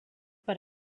per